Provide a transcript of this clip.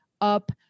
up